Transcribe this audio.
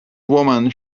woman